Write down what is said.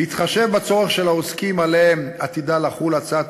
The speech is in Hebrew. בהתחשב בצורך של העוסקים שעליהם עתידה לחול הצעת